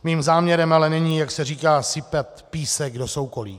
Mým záměrem ale není, jak se říká, sypat písek do soukolí.